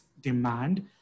demand